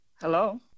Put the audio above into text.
Hello